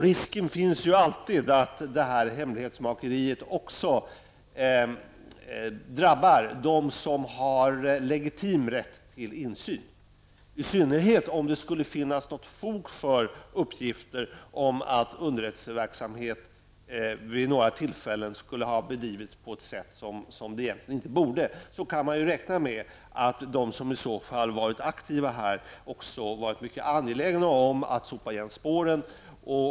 Risken finns att hemlighetsmakeriet också drabbar dem som har legitim rätt till insyn. Om det skulle finnas något fog för uppgifterna om att underrättelseverksamhet vid några tillfällen skulle ha bedrivits på ett sätt som det egentligen inte borde, kan man ju räkna med att de som varit aktiva här också varit mycket angelägna om att sopa igen spåren.